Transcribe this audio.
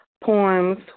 poems